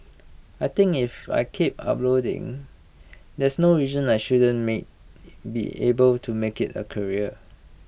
I think if I keep uploading there's no reason I shouldn't mean be able to make IT A career